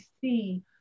see